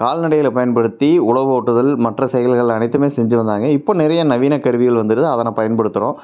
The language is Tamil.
கால்நடைகளை பயன்படுத்தி உழவு ஓட்டுதல் மற்ற செயல்கள் அனைத்தும் செஞ்சு வந்தாங்க இப்போ நிறையா நவீன கருவிகள் வந்துருக்கு அதை நம்ம பயன்படுத்துகிறோம்